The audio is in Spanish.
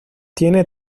tiene